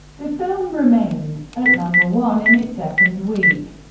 the film remained at number one in its second week.